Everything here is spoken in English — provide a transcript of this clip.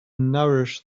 nourish